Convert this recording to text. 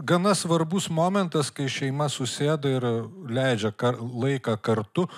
gana svarbus momentas kai šeima susėda ir leidžia laiką kartu